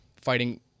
fighting